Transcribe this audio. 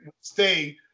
stay